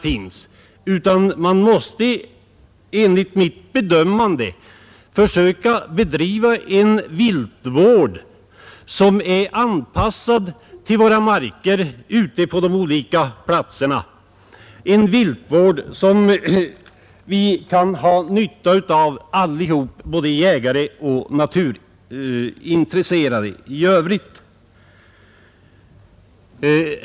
Enligt mitt bedömande måste man försöka bedriva en viltvård som är anpassad till våra marker, en viltvård som vi allesammans kan ha nytta av, både jägare och naturintresserade i övrigt.